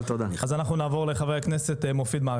אז אנחנו נעבור בינתיים לחבר הכנסת מופיד מרעי,